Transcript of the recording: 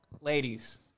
Ladies